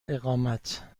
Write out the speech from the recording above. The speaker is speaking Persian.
اقامت